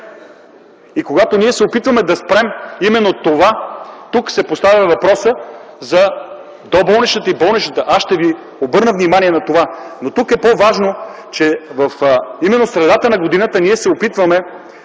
Когато ние се опитваме да спрем това, тук се поставя въпроса за болничната и доболничната помощ – аз ще ви обърна внимание на това. Тук е по-важно, че именно в средата на годината, ние се опитваме